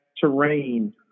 terrain